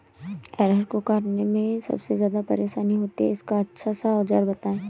अरहर को काटने में सबसे ज्यादा परेशानी होती है इसका अच्छा सा औजार बताएं?